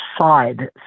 side